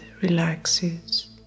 relaxes